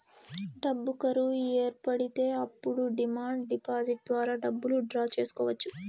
డబ్బు కరువు ఏర్పడితే అప్పుడు డిమాండ్ డిపాజిట్ ద్వారా డబ్బులు డ్రా చేసుకోవచ్చు